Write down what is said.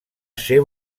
ser